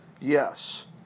Yes